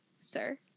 Sir